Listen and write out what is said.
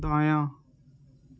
دایاں